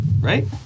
right